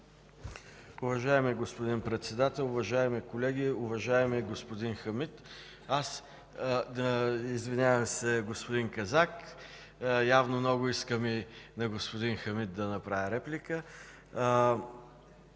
Уважаеми господин Председател, уважаеми колеги! Уважаеми господин Хамид – извинявам се, господин Казак, явно много искам и на господин Хамид да направя реплика.